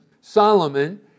Solomon